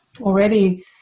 already